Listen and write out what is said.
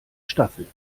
staffel